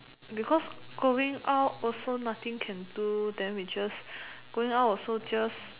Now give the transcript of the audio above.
because going out also nothing can do then we just going out also just